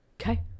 Okay